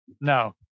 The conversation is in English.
No